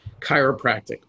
chiropractic